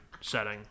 setting